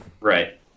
Right